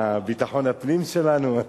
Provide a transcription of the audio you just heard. מהתיאטרון, מביטחון הפנים שלנו.